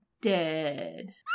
dead